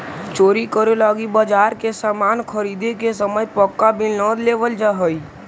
चोरी करे लगी बाजार से सामान ख़रीदे के समय पक्का बिल न लेवल जाऽ हई